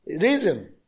reason